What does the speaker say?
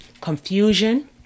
confusion